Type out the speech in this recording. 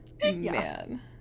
man